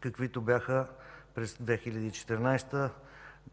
каквито бяха през 2014